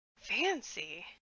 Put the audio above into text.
Fancy